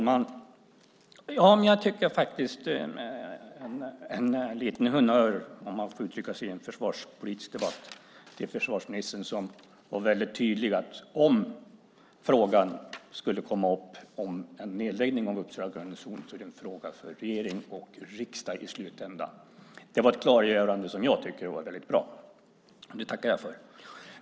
Fru talman! Jag tycker faktiskt att man kan göra en liten honnör, om man får uttrycka sig så i en försvarspolitisk debatt, för försvarsministern som var väldigt tydlig med att om frågan skulle komma upp om en nedläggning av Uppsala garnison är det en fråga för regering och riksdag i slutändan. Det var ett klargörande som jag tycker var väldigt bra. Det tackar jag för.